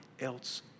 else